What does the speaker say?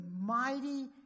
mighty